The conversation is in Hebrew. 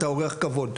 אתה אורח כבוד.